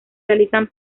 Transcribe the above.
realizan